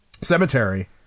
cemetery